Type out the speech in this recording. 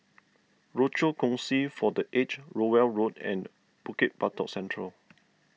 Rochor Kongsi for the Aged Rowell Road and Bukit Batok Central